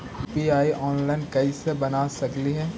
UPI online कैसे बना सकली हे?